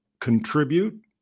contribute